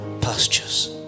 pastures